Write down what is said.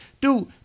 Dude